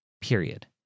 Period